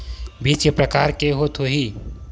बीज के प्रकार के होत होही?